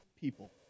people